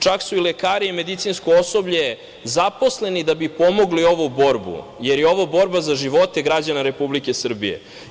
Čak su i lekari i medicinsko osoblje zaposleni da bi pomogli ovu borbu, jer je ovo borba za živote građana Republike Srbije.